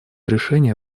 решение